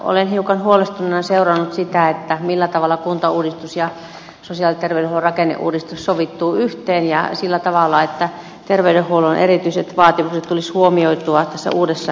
olen hiukan huolestuneena seurannut sitä millä tavalla kuntauudistus ja sosiaali ja terveydenhuollon rakenneuudistus sovittuvat yhteen sillä tavalla että terveydenhuollon erityiset vaatimukset tulisivat huomioitua tässä uudessa rakenteessa